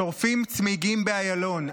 שורפים צמיגים באיילון.